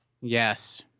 Yes